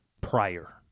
prior